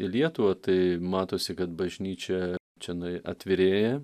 į lietuvą tai matosi kad bažnyčia čianai atvirėja